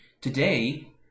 Today